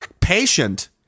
patient